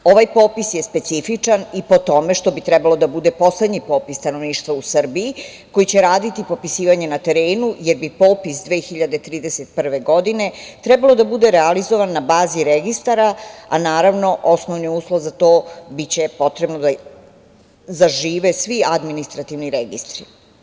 Ovaj popis je specifičan i po tome što bi trebao da bude poslednji popis stanovništva u Srbiji koji će raditi popisivanje na terenu, jer bi popis 2031. godine trebao da bude realizovan na bazi registara, a naravno osnovni uslov za to biće potrebno da zažive svi administrativni registri.